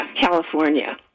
California